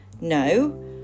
No